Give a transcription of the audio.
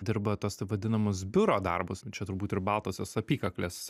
dirba tuos taip vadinamus biuro darbus čia turbūt ir baltosios apykaklės